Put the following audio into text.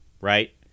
right